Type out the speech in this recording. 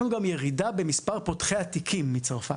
אלא שיש לנו גם ירידה במספר פותחי התיקים מצרפת.